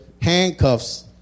Handcuffs